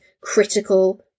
critical